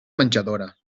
menjadora